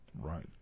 Right